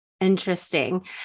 Interesting